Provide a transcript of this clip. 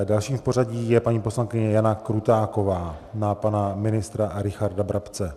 Dalším v pořadí je paní poslankyně Jana Krutáková na pana ministra Richarda Brabce.